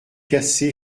cassé